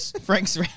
Frank's